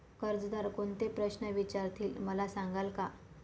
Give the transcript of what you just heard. कर्जदार कोणते प्रश्न विचारतील, मला सांगाल का?